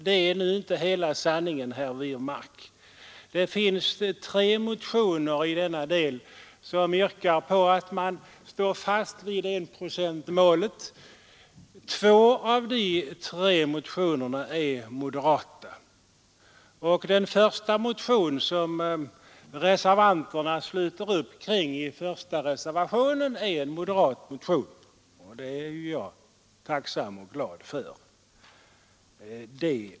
Det är nu inte hela sanningen, herr Wirmark. Det finns tre motioner i denna del som yrkar på att man står fast vid enprocentsmålet, och två av de tre motionerna är moderata. Den första motion som reservanterna sluter upp kring i reservationen 1 är en moderat motion, och det är jag tacksam och glad för.